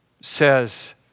says